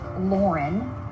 lauren